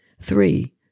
Three